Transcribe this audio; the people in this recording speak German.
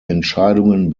entscheidungen